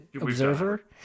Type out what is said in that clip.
Observer